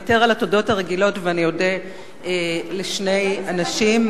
אוותר על התודות הרגילות ואודה לשני אנשים,